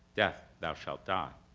death thou shalt die.